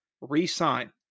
re-sign